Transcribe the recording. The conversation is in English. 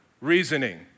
reasoning